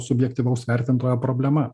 subjektyvaus vertintojo problema